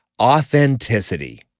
authenticity